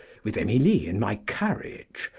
with emily in my carriage,